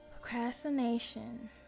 Procrastination